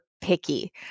picky